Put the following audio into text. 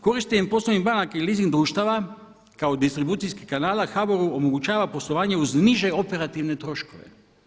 Korištenjem poslovnih banaka i leasing društava kao distribucijskih kanala HBOR-u omogućava poslovanje uz niže operativne troškove.